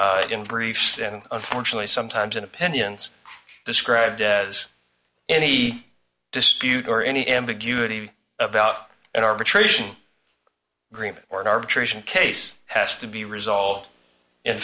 in briefs and unfortunately sometimes in opinions described as any dispute or any ambiguity about an arbitration agreement or an arbitration case has to be resolved in